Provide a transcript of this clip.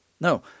No